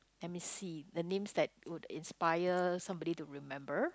let me see the names that would inspire somebody to remember